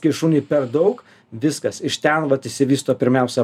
kai šuniui per daug viskas iš ten vat išsivysto pirmiausia